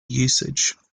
usage